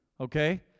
okay